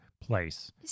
place